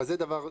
זה דבר שני.